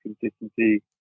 consistency